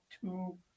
two